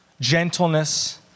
gentleness